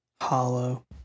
hollow